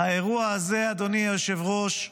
אדוני היושב-ראש,